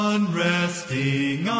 Unresting